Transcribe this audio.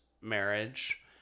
marriage